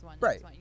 Right